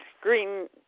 green